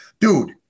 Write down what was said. Dude